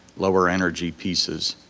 lower energy pieces.